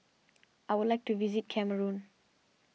I would like to visit Cameroon